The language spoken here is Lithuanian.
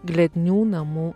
glednių namų